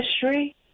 history